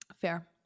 Fair